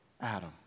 Adam